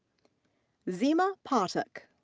xema pathak.